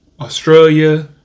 Australia